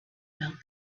felt